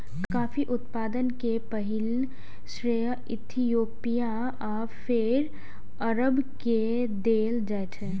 coffee उत्पादन के पहिल श्रेय इथियोपिया आ फेर अरब के देल जाइ छै